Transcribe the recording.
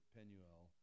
Peniel